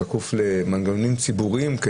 שקוף למנגנונים ציבוריים,